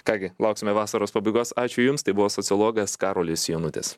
ką gi lauksime vasaros pabaigos ačiū jums tai buvo sociologas karolis jonutis